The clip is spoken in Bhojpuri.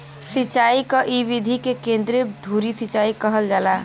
सिंचाई क इ विधि के केंद्रीय धूरी सिंचाई कहल जाला